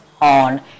on